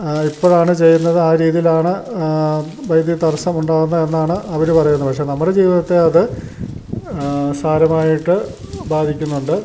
ഇപ്പോഴാണ് ചെയ്യുന്നത് ആ രീതിയിലാണ് വൈദ്യുതി തടസം ഉണ്ടാകുന്നത് എന്നാണ് അവർ പറയുന്നത് പക്ഷെ നമ്മുടെ ജീവിതത്തെ അത് സാരമായിട്ട് ബാധിക്കുന്നുണ്ട്